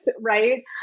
right